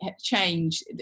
change